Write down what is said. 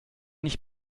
nicht